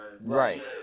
Right